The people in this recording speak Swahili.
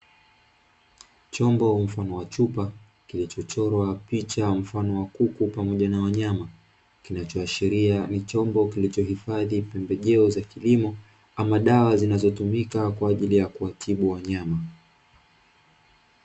Chombo mfano wa chupa, kilicho chorwa picha mfano wa kuku pamoja na wanyama kinacho ashilia ni chombo kilicho hifadhi pembejeo za kilimo, ama dawa zinazo tumika kwa ajili ya kuwatibu wanyama.